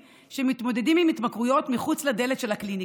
שמתמודדים עם התמכרויות מחוץ לדלת של הקליניקה?